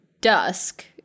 dusk